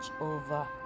over